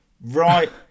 Right